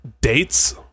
dates